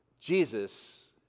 Jesus